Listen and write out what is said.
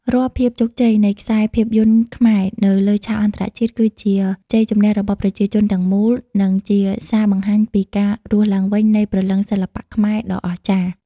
រាល់ភាពជោគជ័យនៃខ្សែភាពយន្តខ្មែរនៅលើឆាកអន្តរជាតិ គឺជាជ័យជម្នះរបស់ប្រជាជាតិទាំងមូល និងជាសារបង្ហាញពីការរស់ឡើងវិញនៃព្រលឹងសិល្បៈខ្មែរដ៏អស្ចារ្យ។